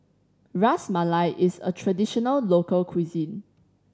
Ras Malai is a traditional local cuisine